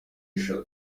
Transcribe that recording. eshatu